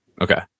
Okay